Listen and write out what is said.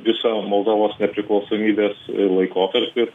visą moldovos nepriklausomybės laikotarpį